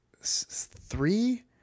three